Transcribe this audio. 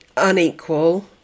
Unequal